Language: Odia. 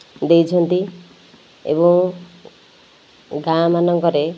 ଦେଇଛନ୍ତି ଏବଂ ଗାଁ ମାନଙ୍କରେ